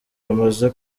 bamaze